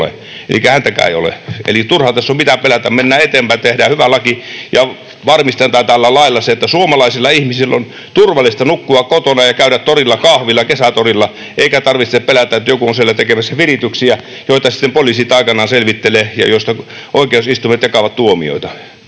ole. Turhaa tässä on mitään pelätä, mennään eteenpäin, tehdään hyvä laki ja varmistetaan tällä lailla se, että suomalaisten ihmisten on turvallista nukkua kotona ja käydä kesätorilla kahvilla eikä tarvitse pelätä, että joku on siellä tekemässä virityksiä, joita sitten poliisit aikanaan selvittelevät ja joista oikeusistuimet jakavat tuomioita